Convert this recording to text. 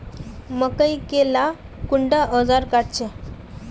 मकई के ला कुंडा ओजार काट छै?